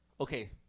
Okay